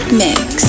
mix